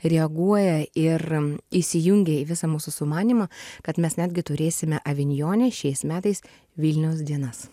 reaguoja ir įsijungia į visą mūsų sumanymą kad mes netgi turėsime avinjone šiais metais vilniaus dienas